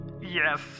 Yes